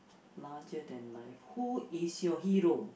larger than life who is your hero